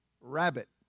rabbit